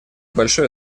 большое